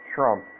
Trump